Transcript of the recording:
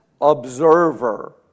observer